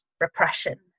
repression